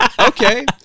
okay